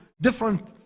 different